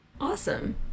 Awesome